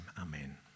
amen